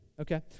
Okay